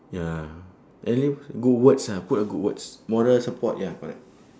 ya at least good words ah put a good words moral support ya correct